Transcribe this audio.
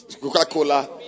Coca-Cola